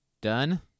Done